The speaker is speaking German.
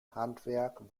handwerk